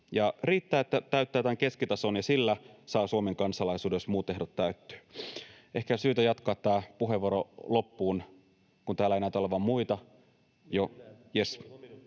riittää, että täyttää tämän keskitason ja sillä saa Suomen kansalaisuuden, jos muut ehdot täyttyvät. — Ehkä on syytä jatkaa tämä puheenvuoro loppuun, kun täällä ei näytä olevan muita.